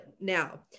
now